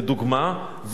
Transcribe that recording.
לדוגמה,